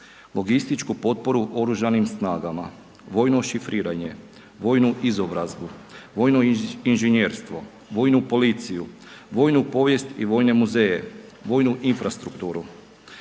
logističku potporu Oružanim snagama, vojno šifriranje, vojnu izobrazbu, vojno inženjerstvo, vojnu policiju, vojnu povijest i vojne muzeje, vojnu infrastrukturu,